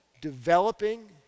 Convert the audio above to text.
developing